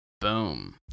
Boom